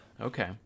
Okay